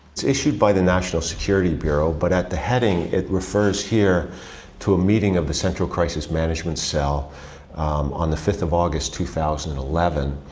it's issued by the national security bureau, but at the heading it refers here to a meeting of the central crisis management cell on the fifth of august, two thousand and eleven,